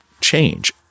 change